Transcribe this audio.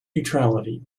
neutrality